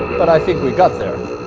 but i think we got there.